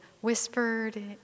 whispered